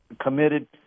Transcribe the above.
committed